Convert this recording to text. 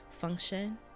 function